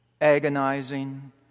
agonizing